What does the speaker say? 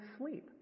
sleep